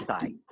site